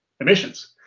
emissions